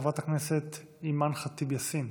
חברת הכנסת אימאן ח'טיב יאסין.